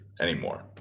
anymore